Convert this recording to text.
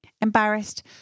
Embarrassed